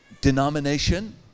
denomination